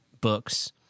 books